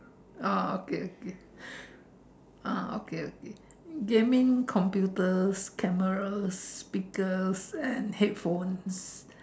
oh okay okay oh okay okay gaming computers cameras speakers and headphone